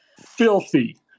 filthy